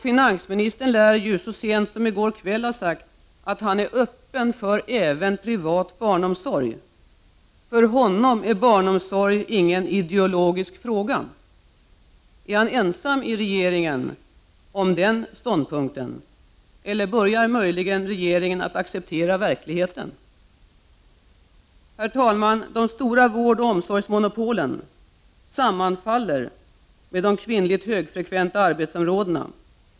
Finansministern lär så sent som i går kväll ha sagt att han även är öppen för privat barnomsorg. För honom är frågan om barnomsorg ingen ideologisk fråga. Är han ensam i regeringen om den ståndpunkten, eller börjar regeringen acceptera verkligheten? De stora vårdoch omsorgsmonopolen sammanfaller med de kvinnligt högfrekventa arbetsområdena.